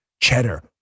Cheddar